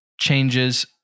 changes